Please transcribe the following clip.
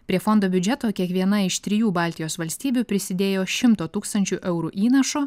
prie fondo biudžeto kiekviena iš trijų baltijos valstybių prisidėjo šimto tūkstančių eurų įnašu